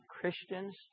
Christians